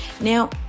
Now